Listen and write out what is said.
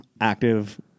active